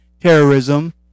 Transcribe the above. terrorism